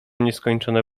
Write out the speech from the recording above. nieskończone